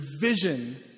vision